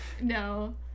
No